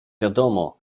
wiadomo